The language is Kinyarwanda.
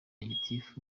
gitifu